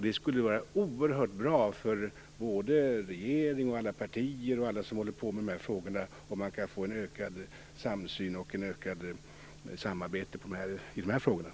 Det vore oerhört bra för regeringen, alla partier och andra som sysslar med dessa frågor om det kunde bli en ökad samsyn och ett ökat samarbete på det här området.